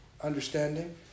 understanding